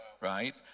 right